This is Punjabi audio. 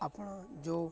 ਆਪਣਾ ਜੋ